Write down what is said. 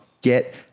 Get